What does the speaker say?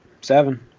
seven